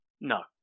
No